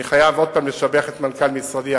אני חייב עוד פעם לשבח את מנכ"ל משרדי,